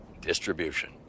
distribution